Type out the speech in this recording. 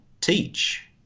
teach